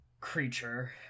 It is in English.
creature